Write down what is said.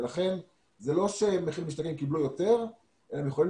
לכן זה לא שמחיר למשתכן קיבלו יותר אלא הם יכולים